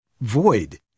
void